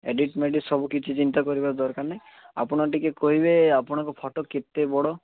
edit ମେଡ଼ିଟ୍ ସବୁ କିଛି ଚିନ୍ତା କରିବା ଦରକାର ନାହିଁ ଆପଣ ଟିକେ କହିବେ ଆପଣଙ୍କ ଫଟୋ କେତେ ବଡ଼